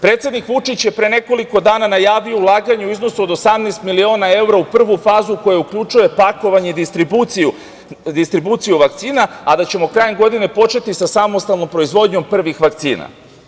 Predsednik Vučić je pre nekoliko dana najavio ulaganje u iznosu od 18 miliona evra u prvu fazu, koja uključuje pakovanje i distribuciju vakcina, a da ćemo krajem godine početi sa samostalnom proizvodnjom prvih vakcina.